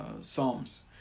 Psalms